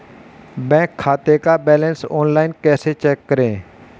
Bank खाते का balance online कैसे चेक करें?